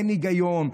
אין היגיון,